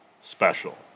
Special